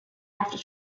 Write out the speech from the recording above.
after